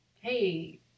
hey